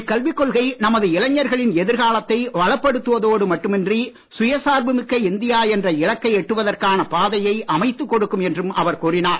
இக்கல்விக் கொள்கை நமது இளைஞர்களின் எதிர் காலத்தை வளப்படுத்துவதோடு மட்டுமின்றி சுயசார்பு மிக்க இந்தியா என்ற இலக்கை எட்டுவதற்கான பாதையை அமைத்துக் கொடுக்கும் என்றும் அவர் கூறினார்